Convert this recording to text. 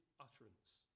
utterance